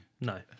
No